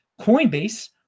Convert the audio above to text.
Coinbase